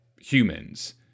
humans